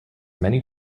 many